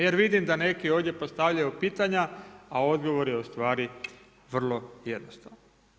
Jer vidim da neki ovdje postavljaju pitanja, a odgovor je ustvari vrlo jednostavan.